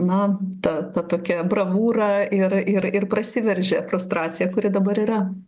na ta ta tokia bravūra ir ir ir prasiveržia prostracija kuri dabar yra